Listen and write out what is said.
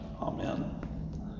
Amen